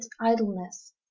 idleness